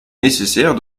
nécessaire